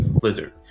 Blizzard